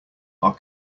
are